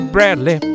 Bradley